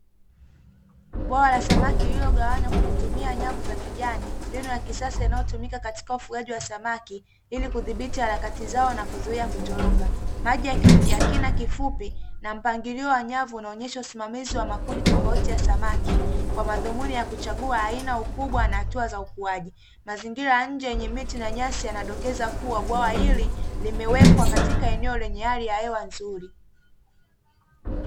Bwawa la samaki lililogawanywa kwa kutumia nyavu za kijani, ni mbinu ya kisasa inayotumika katika ufugaji wa samaki, ili kudhibiti harakati zao na kuzuia kutoroka. Maji ya kina kifupi na mpangilio wa nyavu, unaonyesha usimamizi wa makundi tofauti ya samaki kwa madhumuni ya kuchagua aina, ukubwa na hatua za ukuaji. Mazingira ya nje yenye miche na nyasi yanadokeza kuwa bwawa hili limewekwa katika eneo lenye hali ya hewa nzuri.